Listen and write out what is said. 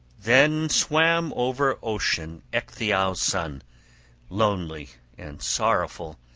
then swam over ocean ecgtheow's son lonely and sorrowful,